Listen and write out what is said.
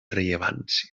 rellevància